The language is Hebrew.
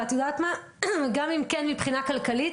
וגם אם כן מבחינה כלכלית